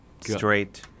straight